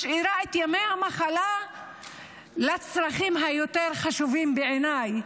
משאירה את ימי המחלה לצרכים היותר-חשובים בעיניי,